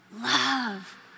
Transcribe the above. Love